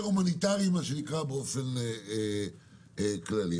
יותר המוניטרי באופן כללי.